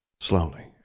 Slowly